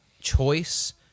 choice